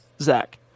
Zach